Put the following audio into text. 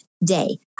day